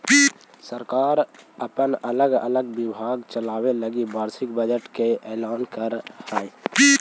सरकार अपन अलग अलग विभाग चलावे लगी वार्षिक बजट के ऐलान करऽ हई